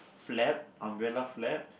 flap umbrella flap